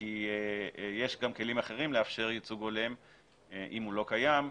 כי יש גם כלים אחרים לאפשר ייצוג הולם אם הוא לא קיים,